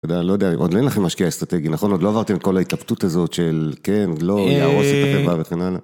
עוד אין לכם משקיע אסטרטגי, נכון? עוד לא עברתם כל ההתלבטות הזאת של כן, לא, יהרוס את החברה וכן הלאה.